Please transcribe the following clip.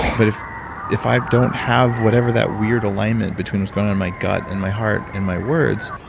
but if if i don't have whatever that weird alignment between what's going on in my gut and my heart and my words,